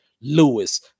Lewis